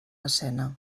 escena